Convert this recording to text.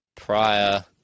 prior